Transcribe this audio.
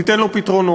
תיתן לו פתרונות,